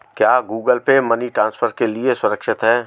क्या Google Pay money transfer के लिए सुरक्षित है?